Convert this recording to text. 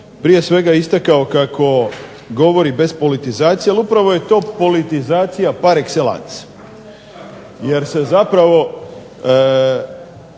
prije svega istakao kako govori bez politizacije, ali upravo je to politizacija par excellance jer se zapravo